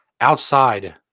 outside